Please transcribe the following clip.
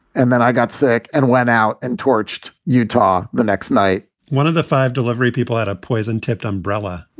and then i got sick and went out and torched utah the next night one of the five delivery people had a poison tipped umbrella